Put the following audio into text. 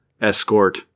escort